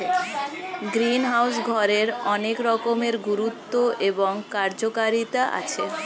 greenhouse ঘরের অনেক রকমের গুরুত্ব এবং কার্যকারিতা আছে